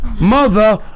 Mother